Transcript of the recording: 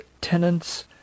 tenants